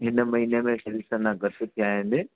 हिन महीने में सेल्स अञा घटि थिया आहिनि